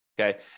Okay